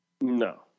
No